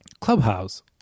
Clubhouse